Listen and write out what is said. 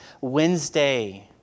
Wednesday